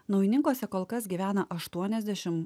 naujininkuose kol kas gyvena aštuoniasdešimt